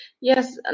Yes